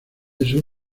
eso